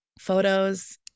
photos